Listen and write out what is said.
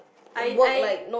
I I